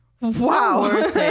wow